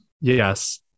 Yes